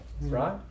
right